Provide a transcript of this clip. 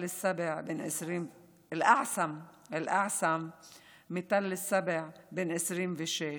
אל-אעסם מתל שבע, בן 26,